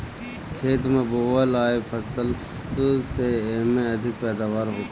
खेत में बोअल आए वाला फसल से एमे अधिक पैदावार होखेला